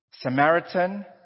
Samaritan